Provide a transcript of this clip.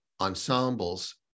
ensembles